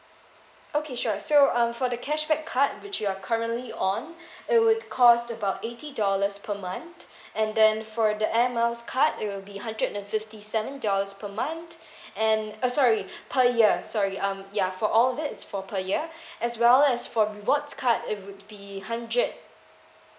okay sure so uh for the cashback card which you're currently on it would cost about eighty dollars per month and then for the air miles card it will be hundred and fifty seven dollars per month and uh sorry per year sorry um yeah for all it's for per year as well as for rewards card it would be hundred